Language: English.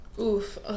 Oof